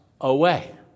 away